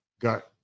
got